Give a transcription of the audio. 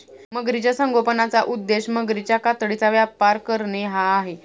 मगरीच्या संगोपनाचा उद्देश मगरीच्या कातडीचा व्यापार करणे हा आहे